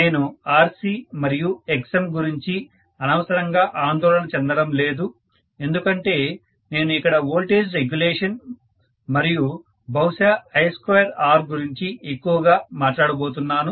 నేను RC మరియు XM గురించి అనవసరంగా ఆందోళన చెందడం లేదు ఎందుకంటే నేను ఇక్కడ వోల్టేజ్ రెగ్యులేషన్ మరియు బహుశా I2R గురించి ఎక్కువ గా మాట్లాడబోతున్నాను